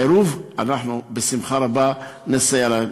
אנחנו בשמחה רבה נסייע להם.